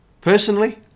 personally